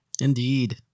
Indeed